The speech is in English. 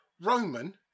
Roman